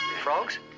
Frogs